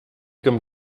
comme